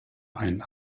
einen